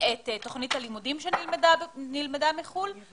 את תוכנית הלימודים שנלמדה בחוץ לארץ